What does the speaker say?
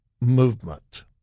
movement